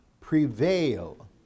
prevail